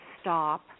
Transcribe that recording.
stop